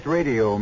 Radio